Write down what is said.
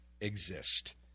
exist